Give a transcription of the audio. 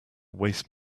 waste